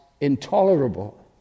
intolerable